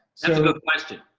so there question.